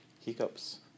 hiccups